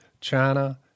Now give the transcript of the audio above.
China